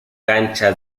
cancha